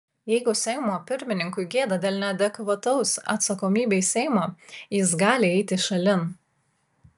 jeigu seimo pirmininkui gėda dėl neadekvataus atsakomybei seimo jis gali eiti šalin